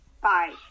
Bye